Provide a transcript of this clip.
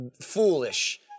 foolish